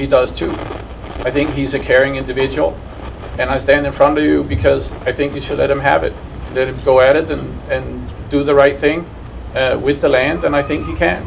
he does too i think he's a caring individual and i stand in front of you because i think you should let him have it go at it and do the right thing with the land and i think he can